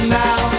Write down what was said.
now